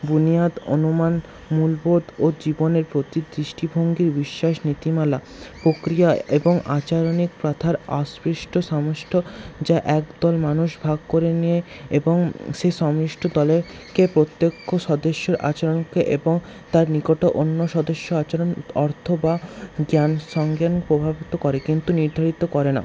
বুনিয়াদ অনুমান মূল্যবোধ ও জীবনের প্রতি দৃষ্টিভঙ্গী বিশ্বাস নীতিমালা প্রক্রিয়া এবং আচরণিক প্রথার অস্প্রিষ্ঠ সমিষ্ট যা একদল মানুষ ভাগ করে নিয়ে এবং সে সংশ্লিষ্ট দলেরকে প্রত্যেকে সদস্য আচরণকে এবং তার নিকট অন্য সদস্য আচরণ অর্থ বা জ্ঞান সঙ্গে প্রভাবিত করে কিন্তু নির্ধারিত করেনা